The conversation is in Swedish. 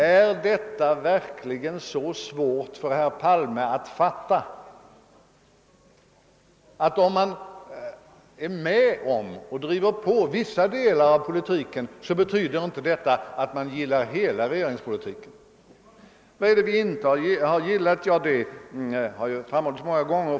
Är det verkligen så svårt för herr Palme att fatta att om man är med om och driver på vissa delar av politiken betyder inte det att man gillar hela regeringspolitiken? Vad är det vi inte har gillat? Ja, det har framhållits många gånger.